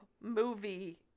movie